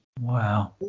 Wow